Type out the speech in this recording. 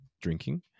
drinking